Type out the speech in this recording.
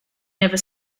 never